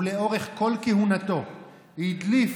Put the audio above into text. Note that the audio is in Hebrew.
לאורך כל כהונתו הוא הדליף,